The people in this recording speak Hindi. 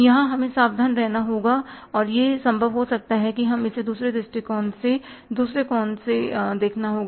यहां हमें सावधान रहना होगा कि यह संभव हो सकता है हमें इसे दूसरे दृष्टिकोण से दूसरे कोण से देखना होगा